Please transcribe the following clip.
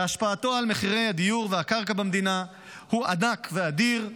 שהשפעתו על מחירי הדיור והקרקע במדינה הוא ענק ואדיר.